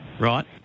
Right